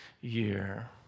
year